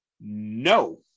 No